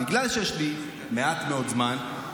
בגלל שיש לי מעט מאוד זמן,